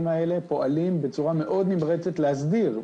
האלה פועלים בצורה מאוד נמרצת להסדיר.